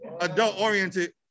adult-oriented